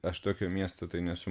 aš tokio miesto tai nesu